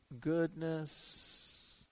goodness